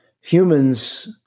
Humans